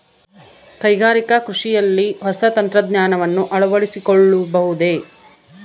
ಕೈಗಾರಿಕಾ ಕೃಷಿಯಲ್ಲಿ ಹೊಸ ತಂತ್ರಜ್ಞಾನವನ್ನ ಅಳವಡಿಸಿಕೊಳ್ಳಬಹುದೇ?